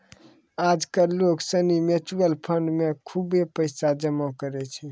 आज कल लोग सनी म्यूचुअल फंड मे खुब पैसा जमा करै छै